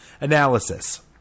Analysis